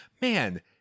man